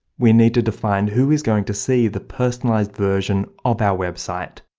we need to define who is going to see the personalized version of our website,